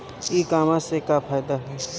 ई कामर्स से का फायदा ह?